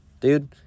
dude